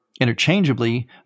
interchangeably